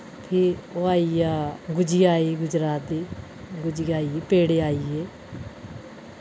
फ्ही ओह् आई गेआ गुजिया आई गुजरात दी गुजिया आई गेई पेड़े आई गे